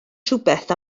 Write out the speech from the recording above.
rhywbeth